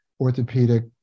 orthopedic